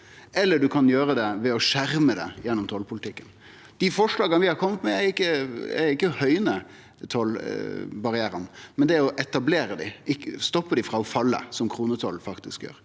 eller ein kan gjere det ved å skjerme det gjennom tollpolitikken. Dei forslaga vi har kome med, er ikkje å høgne tollbarrierane, men å etablere dei, stoppe dei frå å falle, som kronetoll faktisk gjer.